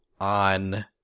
on